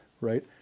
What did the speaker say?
Right